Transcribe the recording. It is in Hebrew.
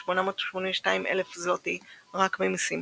8,740,882,000 זלוטי רק ממיסים.